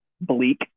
bleak